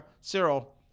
Cyril